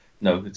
No